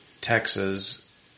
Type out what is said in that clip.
Texas